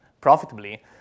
profitably